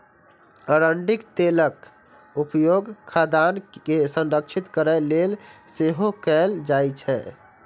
अरंडीक तेलक उपयोग खाद्यान्न के संरक्षित करै लेल सेहो कैल जाइ छै